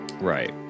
right